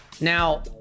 Now